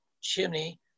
chimney